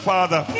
Father